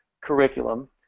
curriculum